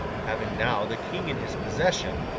having now the king in his possession,